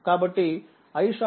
కాబట్టి iSCiN4ఆంపియర్